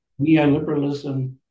Neoliberalism